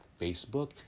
Facebook